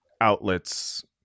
outlets